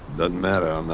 the matter. um